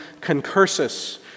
concursus